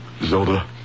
Zelda